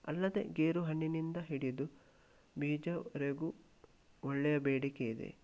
ಅಲ್ಲದೇ ಗೇರು ಹಣ್ಣಿನಿಂದ ಹಿಡಿದು ಬೀಜದವರೆಗೂ ಒಳ್ಳೆಯ ಬೇಡಿಕೆ ಇದೆ